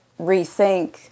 rethink